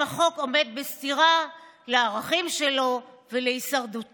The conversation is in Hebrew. החוק עומד בסתירה לערכים שלו ולהישרדותו.